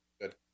good